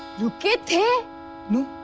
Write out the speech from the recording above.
you did. no.